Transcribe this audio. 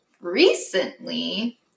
recently